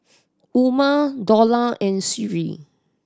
Umar Dollah and Sri